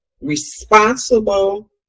responsible